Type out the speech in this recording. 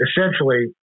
essentially